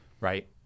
right